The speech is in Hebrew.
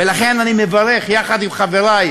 איננו כאן, חברת הכנסת מרב מיכאלי,